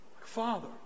Father